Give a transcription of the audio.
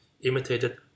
imitated